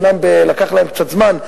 אומנם לקח להם קצת זמן,